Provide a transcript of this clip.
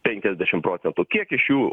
penkiasdešim procentų kiek iš jų